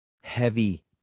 heavy